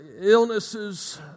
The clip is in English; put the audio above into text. illnesses